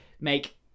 Make